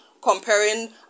Comparing